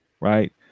Right